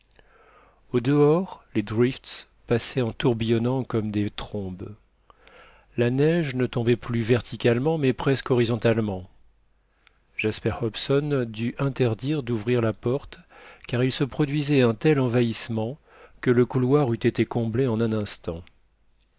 au-dehors les drifts passaient en tourbillonnant comme des trombes la neige ne tombait plus verticalement mais presque horizontalement jasper hobson dut interdire d'ouvrir la porte car il se produisait un tel envahissement que le couloir eût été comblé en un instant